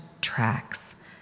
tracks